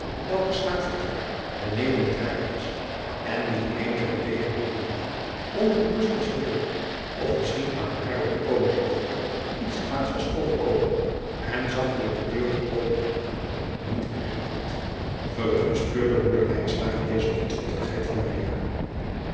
welker slaapvertrek beneden het hare was en die eenige beweging hoorende ongerust was geworden of misschien aan hare toekomende dochter iets kwaads was overgekomen en zachtelijk de deur had open gedaan niet bemerkt had errukt bespeurde oeder deze godvruchtigheid van